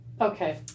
Okay